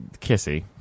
Kissy